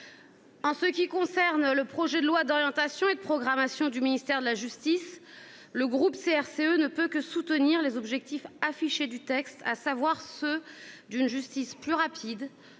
En ce qui concerne le projet de loi d'orientation et de programmation du ministère de la justice, le groupe CRCE ne peut que soutenir les objectifs affichés du texte, à savoir ceux d'une justice plus rapide,